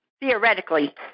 theoretically